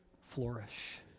flourish